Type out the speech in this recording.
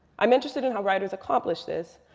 i'm interested in how writers accomplish this.